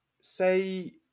say